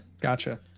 Gotcha